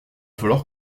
falloir